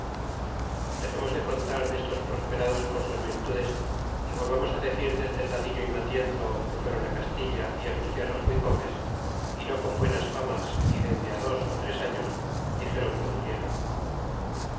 dexemos de contar destos prosperados por sus virtudes y volvamos decir del delgadillo y matienzo que fuéron castilla y sus tierras muy pobres y no con buenas famas y dende dos ó tres años dixéron que muriéron